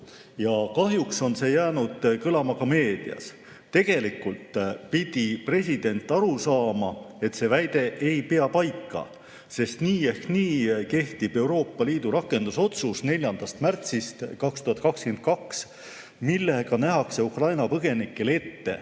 Kahjuks on see jäänud kõlama ka meedias. Tegelikult pidi president aru saama, et see väide ei pea paika, sest nii ehk naa kehtib Euroopa Liidu rakendusotsus 4. märtsist 2022, millega nähakse Ukraina põgenikele ette